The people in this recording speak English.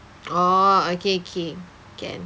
oh okay okay can